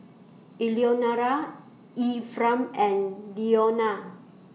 Eleonora Ephram and Leonia